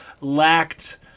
lacked